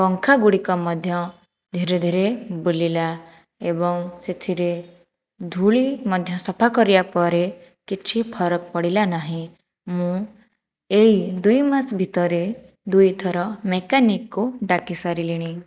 ପଙ୍ଖାଗୁଡ଼ିକ ମଧ୍ୟ ଧୀରେ ଧୀରେ ବୁଲିଲା ଏବଂ ସେଥିରେ ଧୂଳି ମଧ୍ୟ ସଫା କରିବା ପରେ କିଛି ଫରକ ପଡ଼ିଲା ନାହିଁ ମୁଁ ଏଇ ଦୁଇମାସ ଭିତରେ ଦୁଇଥର ମେକାନିକ୍କୁ ଡାକି ସାରିଲିଣି